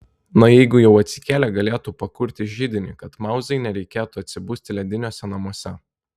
na jeigu jau atsikėlė galėtų pakurti židinį kad mauzai nereikėtų atsibusti lediniuose namuose